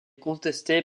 contestée